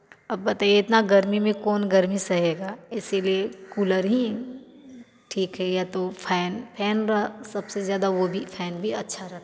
अब बताइए इतना गर्मी में कौन गर्मी सहेगा इसीलिए कूलर ही ठीक है या तो फैन फैन सबसे ज़्यादा वो भी फैन भी अच्छा रहता है